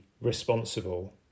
responsible